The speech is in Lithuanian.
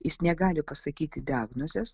jis negali pasakyti diagnozės